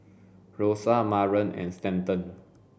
Rosa Maren and Stanton